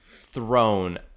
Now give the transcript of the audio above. thrown